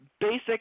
basic